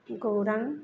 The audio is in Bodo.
गौरां